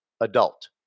adult